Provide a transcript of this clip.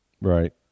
Right